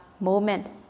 moment